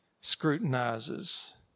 Scrutinizes